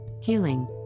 healing